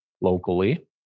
locally